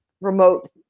remote